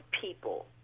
people